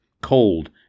cold